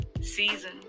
season